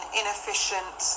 inefficient